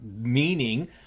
meaning